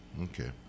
Okay